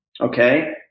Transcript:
okay